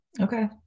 Okay